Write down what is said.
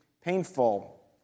painful